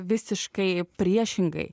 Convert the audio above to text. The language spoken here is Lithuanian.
visiškai priešingai